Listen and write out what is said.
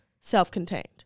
self-contained